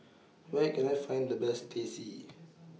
Where Can I Find The Best Teh C